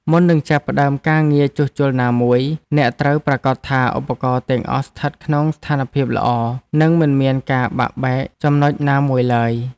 មុននឹងចាប់ផ្តើមការងារជួសជុលណាមួយ អ្នកត្រូវប្រាកដថាឧបករណ៍ទាំងអស់ស្ថិតក្នុងស្ថានភាពល្អ និងមិនមានការបាក់បែកចំណុចណាមួយឡើយ។